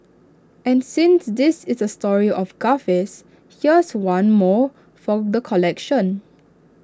and since this is A story of gaffes here's one more for the collection